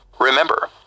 Remember